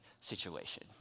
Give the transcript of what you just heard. situation